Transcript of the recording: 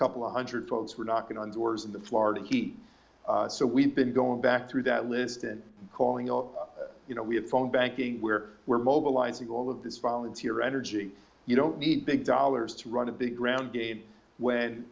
couple of hundred folks were knocking on doors in the florida heat so we've been going back through that list and calling up you know we have phone banking where we're mobilizing all of this volunteer energy you don't need big dollars to run a big ground game